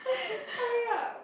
hurry up